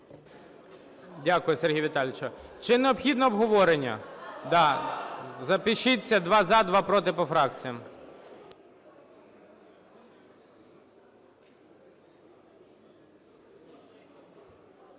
Дякую, Сергій Віталійович. Чи необхідно обговорення? Да. Запишіться: два – за, два – проти, по фракціях.